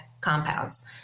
compounds